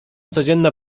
codzienna